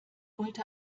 wollte